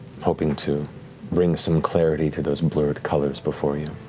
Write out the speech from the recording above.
hoping to bring some clarity to those and blurred colors before you.